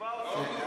שיתבע אותו.